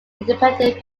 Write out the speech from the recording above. independent